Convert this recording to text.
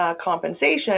compensation